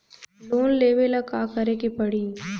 Loan लेवे ला का करे के पड़ी?